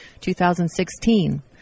2016